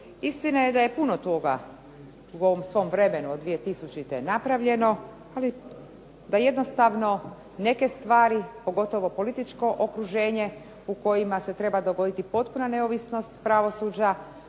Istina je da je puno toga u ovom svom vremenu od 2000-te napravljeno, ali da jednostavno neke stvari, pogotovo političko okruženje u kojima se treba dogoditi potpuna neovisnost pravosuđa,